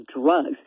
drugs